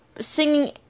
Singing